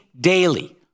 daily